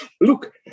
Look